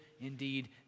indeed